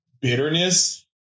bitterness